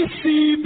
see